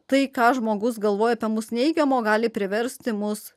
tai ką žmogus galvoja apie mūsų neigiamo gali priversti mus